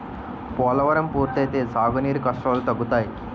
పోలవరం పూర్తి అయితే సాగు నీరు కష్టాలు తగ్గుతాయి